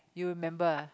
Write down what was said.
you remember ah